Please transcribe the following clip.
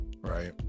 right